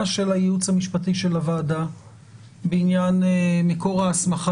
שהעמדה של הייעוץ המשפטי של הוועדה בעניין מקור ההסמכה